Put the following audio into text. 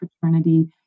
fraternity